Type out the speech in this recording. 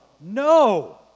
No